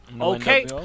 Okay